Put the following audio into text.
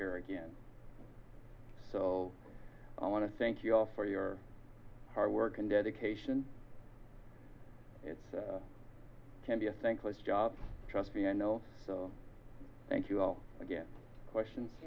hear again so i want to thank you all for your hard work and dedication it's can be a thankless job trust me i know so thank you all again questions